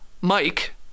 Mike